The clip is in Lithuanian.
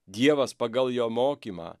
dievas pagal jo mokymą